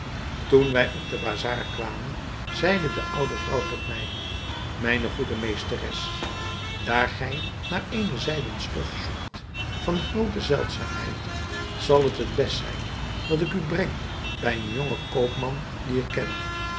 toen wij op de bazar kwamen zeide de oude dame tot mij mijne goede meesteres daar gij naar eene zijden stof zoekt van groote zeldzaamheid zal het t best zijn dat ik u breng bij een jongen koopman dien ik ken